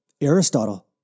Aristotle